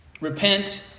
Repent